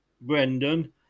Brendan